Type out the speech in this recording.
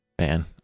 Man